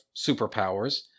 superpowers